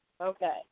Okay